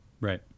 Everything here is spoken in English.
Right